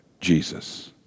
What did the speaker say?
Jesus